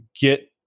get